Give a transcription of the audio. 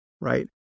right